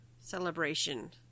celebration